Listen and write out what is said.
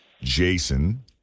Jason